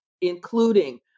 including